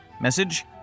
Message